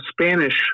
Spanish